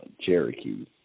Cherokee